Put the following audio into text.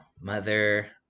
mother